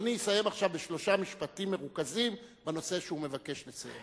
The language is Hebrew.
אדוני יסיים עכשיו בשלושה משפטים מרוכזים בנושא שהוא מבקש לסיים.